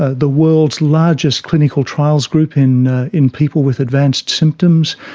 ah the world's largest clinical trials group in in people with advanced symptoms,